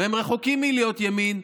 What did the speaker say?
והם רחוקים מלהיות ימין,